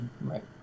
Right